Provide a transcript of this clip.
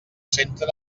centren